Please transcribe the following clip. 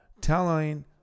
telling